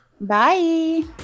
Bye